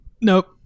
Nope